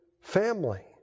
family